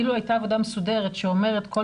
אילו הייתה עבודה מסודרת שאומרת שכל